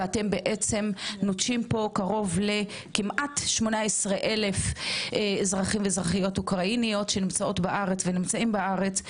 אתם נוטשים פה קרוב ל-18,000 אזרחים ואזרחיות אוקראינה שנמצאים בארץ.